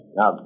Now